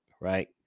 right